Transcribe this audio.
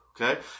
okay